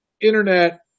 internet